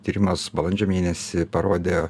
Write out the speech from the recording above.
tyrimas balandžio mėnesį parodė